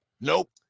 Nope